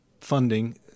funding